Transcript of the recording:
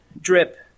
drip